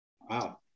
Wow